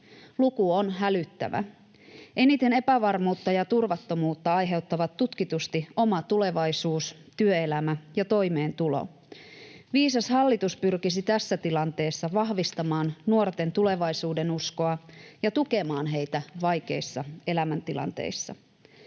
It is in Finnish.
Luku on hälyttävä. Eniten epävarmuutta ja turvattomuutta aiheuttavat tutkitusti oma tulevaisuus, työelämä ja toimeentulo. Viisas hallitus pyrkisi tässä tilanteessa vahvistamaan nuorten tulevaisuudenuskoa ja tukemaan heitä vaikeissa elämäntilanteissa.